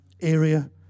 area